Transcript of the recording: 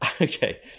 Okay